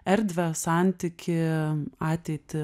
erdvę santykį ateitį